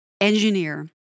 engineer